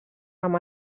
amb